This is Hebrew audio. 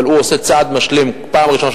אבל הוא עושה צעד משלים פעם ראשונה,